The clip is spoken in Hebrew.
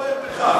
אולי תשב בשקט.